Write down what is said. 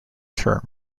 term